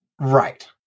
Right